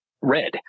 red